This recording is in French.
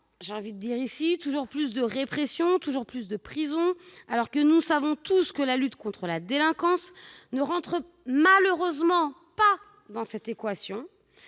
Finalement, on propose toujours plus de répression, toujours plus de prison, alors que nous savons tous que la lutte contre la délinquance ne rentre malheureusement pas dans cette équation,